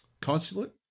Consulate